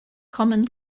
common